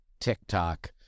TikTok